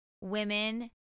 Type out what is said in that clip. women